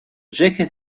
jacket